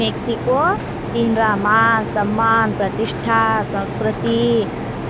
मेक्सिको तीनरामान, सम्मान, प्रतिष्ठा, संस्कृति,